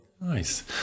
Nice